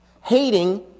Hating